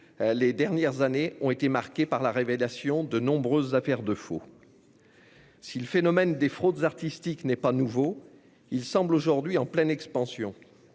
les dernières années ont été marquées par la révélation de nombreuses affaires de faux. Si le phénomène des fraudes artistiques n'est pas nouveau, il semble aujourd'hui en pleine expansion.